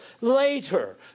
later